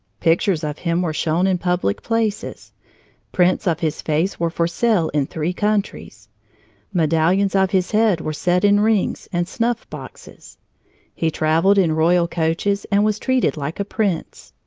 pictures of him were shown in public places prints of his face were for sale in three countries medallions of his head were set in rings and snuff-boxes he traveled in royal coaches, and was treated like a prince.